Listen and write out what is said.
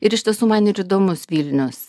ir iš tiesų man ir įdomus vilnius